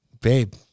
babe